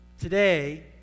today